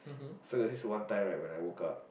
so there's this one time right when I woke up